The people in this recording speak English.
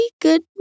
good